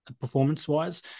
performance-wise